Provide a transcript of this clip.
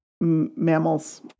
mammals